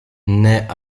nait